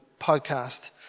podcast